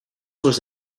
was